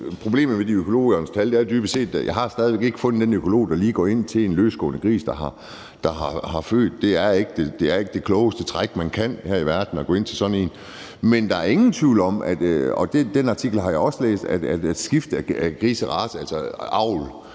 færrest mulige smågrise dør. Jeg har stadig væk ikke fundet den økolog, der lige går ind til en løsgående gris, der har født. Det er ikke det klogeste træk, man kan lave her i verden, at gå ind til sådan en. Men der er ingen tvivl om – den artikel har